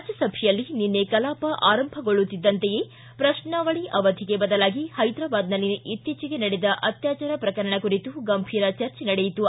ರಾಜ್ಯಸಭೆಯಲ್ಲಿ ನಿನ್ನೆ ಕಲಾಪ ಆರಂಭಗೊಳ್ಳುತ್ತಿದ್ದಂತೆಯೇ ಪ್ರಶ್ನಾವಳಿ ಅವಧಿಗೆ ಬದಲಾಗಿ ಹೈದರಾಬಾದ್ನಲ್ಲಿ ಇತ್ತೀಚೆಗೆ ನಡೆದ ಅತ್ಯಾಚಾರ ಪ್ರಕರಣ ಕುರಿತು ಗಂಭೀರ ಚರ್ಚೆ ನಡೆಯಿತು